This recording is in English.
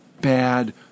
bad